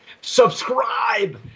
subscribe